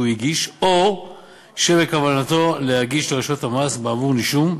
הגיש או שבכוונתו להגיש לרשויות המס בעבור נישום.